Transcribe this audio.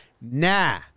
Nah